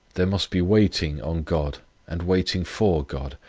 there must be waiting on god and waiting for god,